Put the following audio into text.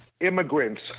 immigrants